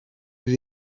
vous